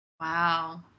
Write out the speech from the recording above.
wow